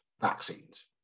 vaccines